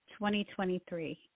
2023